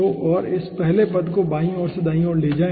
तो और इस पहले पद को दायीं से बायीं ओर ले जाएं